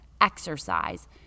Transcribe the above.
Exercise